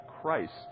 Christ